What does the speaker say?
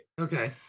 Okay